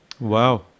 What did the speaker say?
Wow